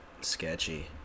sketchy